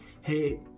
Hey